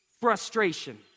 frustration